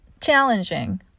challenging